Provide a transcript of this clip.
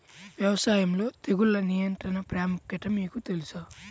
వ్యవసాయంలో తెగుళ్ల నియంత్రణ ప్రాముఖ్యత మీకు తెలుసా?